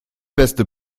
beste